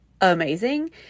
amazing